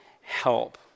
help